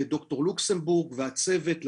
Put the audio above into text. לד"ר לוקסנבורג והצוות,